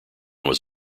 was